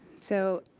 so